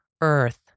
earth